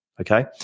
okay